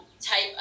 type